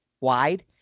wide